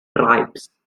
tribes